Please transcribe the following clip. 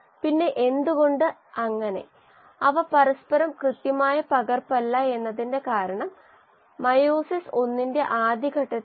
rxAxT kex yield coefficient rs ഉപയോഗിച്ച് substrate consumption നിരക് 11ബൈ Y xs യിൽഡ് ഗുണിക്കണം നിർദ്ധിഷ്ട വളർച്ച നിരക്ക് ഗുണിക്കണം കോശങ്ങളുടെ സാന്ദ്രത കൂട്ടണം m ഗുണിക്കണം കോശങ്ങളുടെ സാന്ദ്രത ആണെന്ന് കാണാം